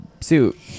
suit